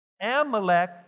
Amalek